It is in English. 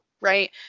right